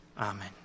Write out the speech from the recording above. Amen